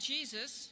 Jesus